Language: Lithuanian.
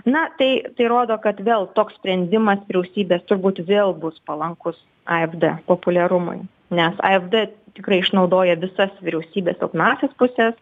na tai tai rodo kad vėl toks sprendimas vyriausybės turbūt vėl bus palankus ai b d populiarumui nes ai b d tikrai išnaudoja visas vyriausybės silpnąsias puses